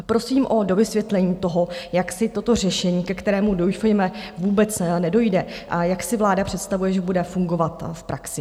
Prosím o dovysvětlení toho, jak si toto řešení, ke kterému doufejme vůbec nedojde, jak si vláda představuje, že bude fungovat v praxi.